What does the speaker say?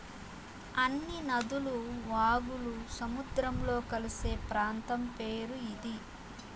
అన్ని నదులు వాగులు సముద్రంలో కలిసే ప్రాంతం పేరు ఇది